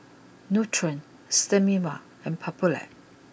Nutren Sterimar and Papulex